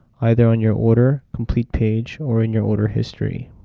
either on your order complete page or in your order history.